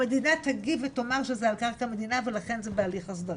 המדינה תגיב ותאמר שזה על קרקע מדינה ולכן זה בהליך הסדרה,